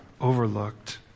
overlooked